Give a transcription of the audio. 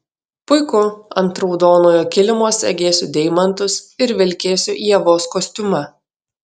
puiku ant raudonojo kilimo segėsiu deimantus ir vilkėsiu ievos kostiumą